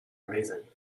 amazing